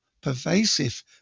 pervasive